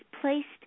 placed